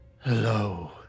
Hello